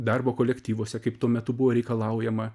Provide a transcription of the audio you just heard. darbo kolektyvuose kaip tuo metu buvo reikalaujama